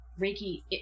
Reiki